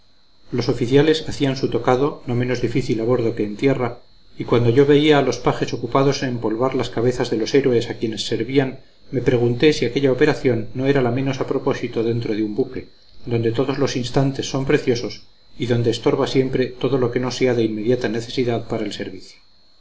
los oficiales hacían su tocado no menos difícil a bordo que en tierra y cuando yo veía a los pajes ocupados en empolvar las cabezas de los héroes a quienes servían me pregunté si aquella operación no era la menos a propósito dentro de un buque donde todos los instantes son preciosos y donde estorba siempre todo lo que no sea de inmediata necesidad para el servicio